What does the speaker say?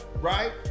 right